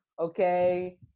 okay